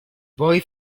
boy